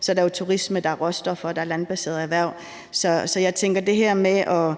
så er der jo turisme, der er råstoffer, der er landbaserede erhverv, og